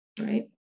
right